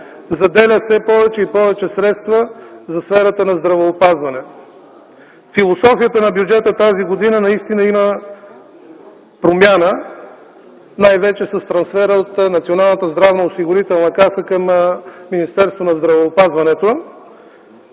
заделя все повече и повече средства за сферата на здравеопазването. Във философията на бюджета за тази година наистина има промяна най-вече с трансфера от Националната здравноосигурителна каса към Министерството на здравеопазването.